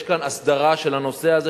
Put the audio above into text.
יש כאן הסדרה של הנושא הזה,